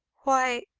why,